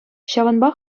ҫавӑнпа